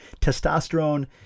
testosterone